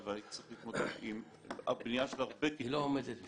והייתי צריך להתמודד עם הבניה של הרבה כיתות,